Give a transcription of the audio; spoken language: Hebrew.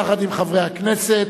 יחד עם חברי הכנסת.